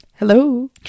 Hello